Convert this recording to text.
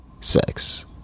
sex